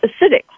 acidic